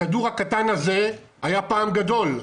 הכדור הקטן הזה היה פעם גדול.